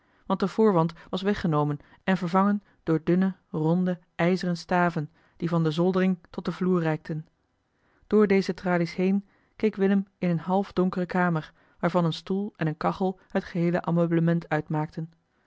want de voorwand was weggenomen en vervangen door dunne ronde ijzeren staven die van de zoldering tot den vloer reikten door deze tralies heen keek willem in eene half donkere kamer waarvan een stoel en eene kachel het geheele ameublement uitmaakten